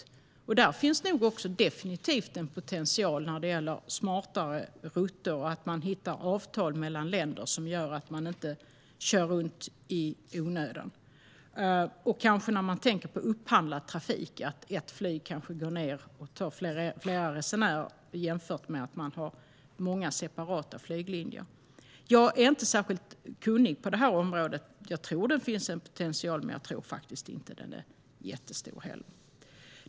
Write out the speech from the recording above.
När det gäller smartare rutter finns nog definitivt en potential, kanske att hitta avtal mellan länder som gör att man inte kör runt i onödan. Vid upphandlad trafik kanske ett flyg kan gå ned och ta fler resenärer jämfört med att man har många separata flyglinjer. Jag är inte särskilt kunnig på detta område. Jag tror att det finns en potential, men jag tror faktiskt inte att den heller är jättestor.